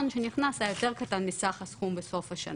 שנכנס היה יותר קטן מסך הסכום בסוף השנה.